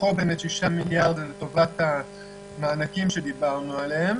כשמתוכו באמת 6 מיליארד הם לטובת המענקים שדיברנו עליהם.